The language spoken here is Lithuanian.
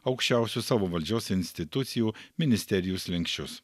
aukščiausių savo valdžios institucijų ministerijų slenksčius